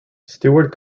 steward